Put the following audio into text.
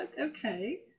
okay